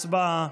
הצבעה.